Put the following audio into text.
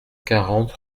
quarante